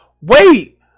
wait